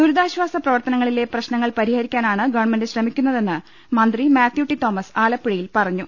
ദുരിതാശ്വാസ പ്രവർത്തനങ്ങളിലെ പ്രശ്നങ്ങൾ പരിഹരിക്കാനാണ് ഗവൺമെന്റ് ശ്രമിക്കുന്നതെന്ന് മന്ത്രി മാത്യു ടി തോമസ് ആലപ്പുഴയിൽ പറഞ്ഞു